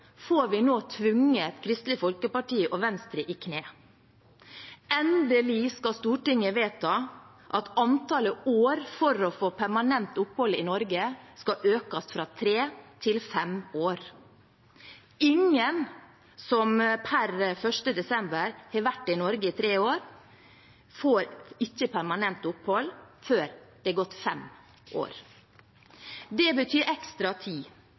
får vi nå tvunget Kristelig Folkeparti og Venstre i kne. Endelig skal Stortinget vedta at antallet år for å få permanent opphold i Norge skal økes fra tre til fem år. Ingen som per 1. desember har vært i Norge i tre år, får permanent opphold før det er gått fem år. Det betyr ekstra